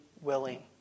willing